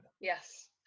yes